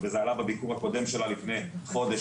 וזה עלה בביקור הקודם שלה לפני חודש,